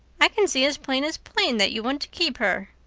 i can see as plain as plain that you want to keep her.